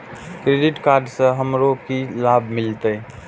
Credit card से हमरो की लाभ मिलते?